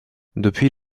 depuis